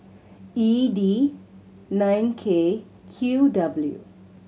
E D nine K Q W